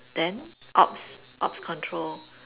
then ops ops control